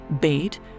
bait